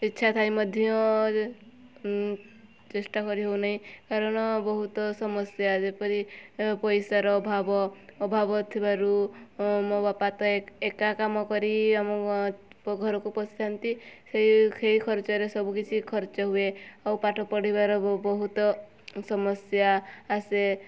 ଇଚ୍ଛା ଥାଇ ମଧ୍ୟ ଚେଷ୍ଟା କରିହେଉନାହିଁ କାରଣ ବହୁତ ସମସ୍ୟା ଯେପରି ପଇସାର ଅଭାବ ଅଭାବ ଥିବାରୁ ମୋ ବାପା ତ ଏକା କାମ କରି ଆମ ଘରକୁ ପୋଷିଥାନ୍ତି ସେଇ ସେଇ ଖର୍ଚ୍ଚରେ ସବୁ କିଛି ଖର୍ଚ୍ଚ ହୁଏ ଆଉ ପାଠ ପଢ଼ିବାର ବହୁତ ସମସ୍ୟା ଆସେ